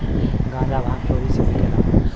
गांजा भांग चोरी से बिकेला